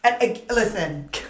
Listen